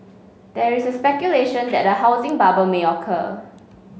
there is speculation that a housing bubble may occur